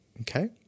Okay